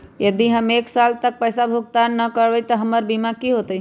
यदि हम एक साल तक पैसा भुगतान न कवै त हमर बीमा के की होतै?